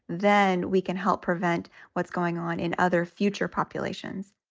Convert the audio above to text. then we can help prevent what's going on in other future populations